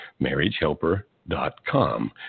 marriagehelper.com